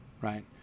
right